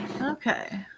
Okay